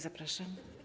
Zapraszam.